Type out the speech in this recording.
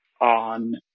on